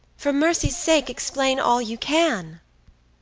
for mercy's sake, explain all you can.